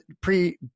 pre